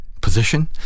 position